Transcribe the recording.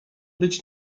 być